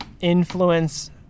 influence